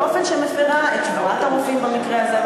באופן שהיא מפירה את שבועת הרופאים במקרה הזה,